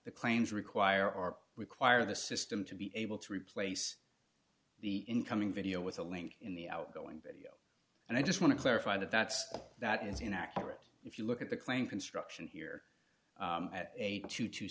the claims require our require the system to be able to replace the incoming video with a link in the outgoing video and i just want to clarify that that's that is inaccurate if you look at the claim construction here